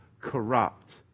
corrupt